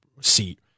seat